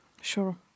Sure